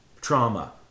trauma